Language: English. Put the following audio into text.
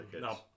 No